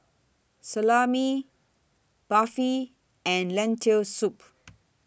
Salami Barfi and Lentil Soup